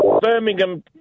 Birmingham